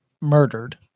murdered